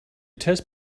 test